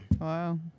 Wow